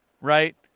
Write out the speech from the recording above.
right